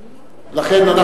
לכן,